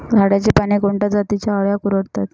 झाडाची पाने कोणत्या जातीच्या अळ्या कुरडतात?